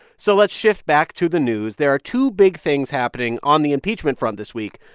so let's shift back to the news. there are two big things happening on the impeachment front this week.